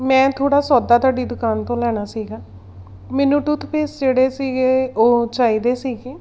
ਮੈਂ ਥੋੜ੍ਹਾ ਸੌਦਾ ਤੁਹਾਡੀ ਦੁਕਾਨ ਤੋਂ ਲੈਣਾ ਸੀਗਾ ਮੈਨੂੰ ਟੂਥਪੇਸਟ ਜਿਹੜੇ ਸੀਗੇ ਉਹ ਚਾਹੀਦੇ ਸੀਗੇ